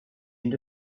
end